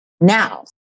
Now